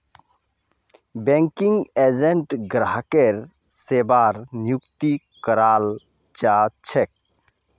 banking agent ग्राहकेर सेवार नियुक्त कराल जा छेक